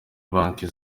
banki